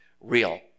real